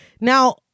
Now